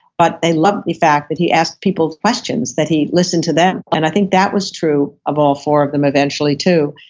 but they loved the fact that he asked people questions, that he listened to them, and i think that was true of all four of them eventually too.